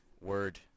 Word